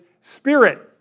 spirit